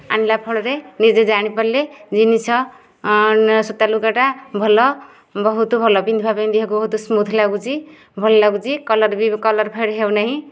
ଆଣିଲା ଫଳରେ ନିଜେ ଜାଣି ପାରିଲେ ଜିନିଷ ସୂତା ଲୁଗାଟା ଭଲ ବହୁତ ଭଲ ପିନ୍ଧିବାକୁ ଦେହକୁ ବହୁତ ସ୍ମୁଥ ଲାଗୁଛି ଭଲ ଲାଗୁଛି କଲର ବି କଲର ଫେଡ୍ ହେଉନାହିଁ